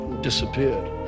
disappeared